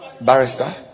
Barrister